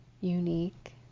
unique